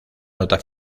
nota